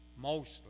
mostly